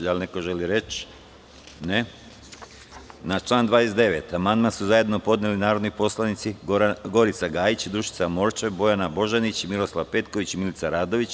Da li neko želi reč? (Ne) Na član 29. amandman su zajedno podneli narodni poslanici Gorica Gajić, Dušica Morčev, Bojana Božanić, Miroslav Petković i Milica Radović.